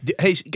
Hey